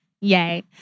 Yay